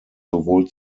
sowohl